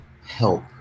help